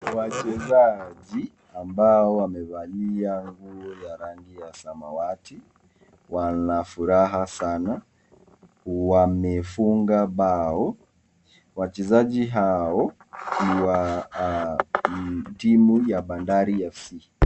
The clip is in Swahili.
Wachezaji ambao wamevalia nguo za rangi ya samawati wanafuraha sana. Wamefunga bao, wachezaji hao ni wa timu ya Bandari FC.